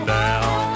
down